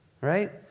Right